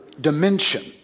dimension